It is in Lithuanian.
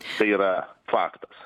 tai yra faktas